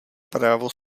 právo